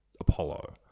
Apollo